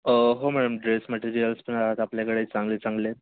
हो madam dress materials पण आहेत आपल्याकडे चांगले चांगले